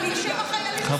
תעשו ישיבת קואליציה,